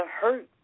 hurt